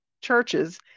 churches